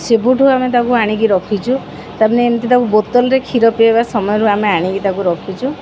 ସେବେ ଠୁ ଆମେ ତାକୁ ଆଣିକି ରଖିଛୁ ତା' ଏମିତି ତାକୁ ବୋତଲରେ କ୍ଷୀର ପିଇବା ସମୟରୁ ଆମେ ଆଣିକି ତାକୁ ରଖିଛୁ